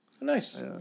nice